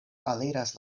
aliras